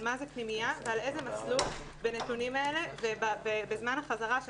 על מה זה פנימייה ועל איזה מסלול בנתונים באלה ובזמן החזרה של